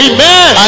Amen